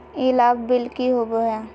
ई लाभ बिल की होबो हैं?